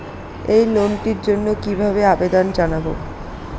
এই লোনটির জন্য কিভাবে আবেদন জানাবো?